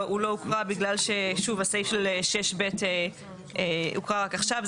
הוא לא הוקרא בגלל ששוב הסעיף של 6(ב) הוקרא רק עכשיו,